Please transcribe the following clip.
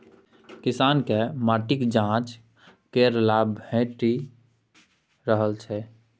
किसानकेँ माटिक जांच केर लाभ भेटि रहल छै